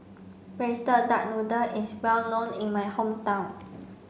braised duck noodle is well known in my hometown